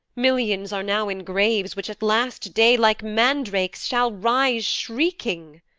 millions are now in graves, which at last day like mandrakes shall rise shrieking.